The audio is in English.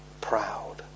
proud